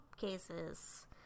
cases